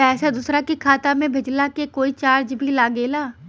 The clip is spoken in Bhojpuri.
पैसा दोसरा के खाता मे भेजला के कोई चार्ज भी लागेला?